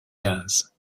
quinze